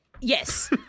Yes